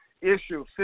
issue